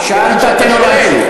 שאלת, תן לו להמשיך.